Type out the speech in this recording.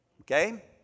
Okay